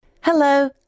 Hello